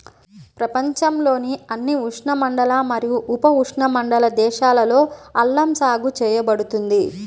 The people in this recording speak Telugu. ప్రపంచంలోని అన్ని ఉష్ణమండల మరియు ఉపఉష్ణమండల దేశాలలో అల్లం సాగు చేయబడుతుంది